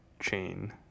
chain